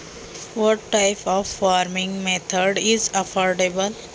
कोणत्या प्रकारची शेती पद्धत परवडणारी आहे?